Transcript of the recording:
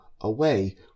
away